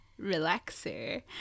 Relaxer